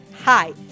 Hi